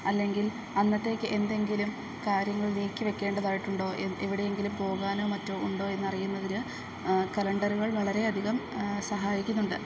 അല്ലെങ്കിൽ അന്നത്തേക്ക് എന്തെങ്കിലും കാര്യങ്ങൾ നീക്കിവെക്കേണ്ടതായിട്ടുണ്ടോ എവിടെയെങ്കിലും പോകാനോ മറ്റോ ഉണ്ടോ എന്നറിയുന്നതിന്ന് കലണ്ടറുകൾ വളരെയധികം സഹായിക്കുന്നുണ്ട്